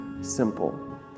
simple